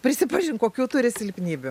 prisipažink kokių turi silpnybių